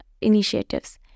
initiatives